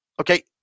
Okay